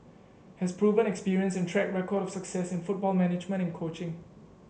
has proven experience and track record of success in football management and coaching